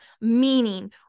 meaning